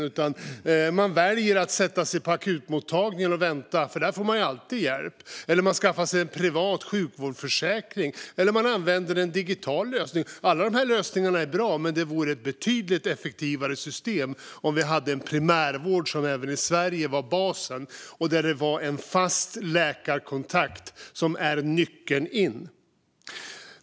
I stället sätter man sig på akutmottagningen och väntar, för där får man alltid hjälp, eller så skaffar man sig en privat sjukvårdsförsäkring eller använder en digital lösning. Alla de här lösningarna är bra, men det vore ett betydligt effektivare system om vi även i Sverige hade en primärvård som bas med en fast läkarkontakt som nyckel in.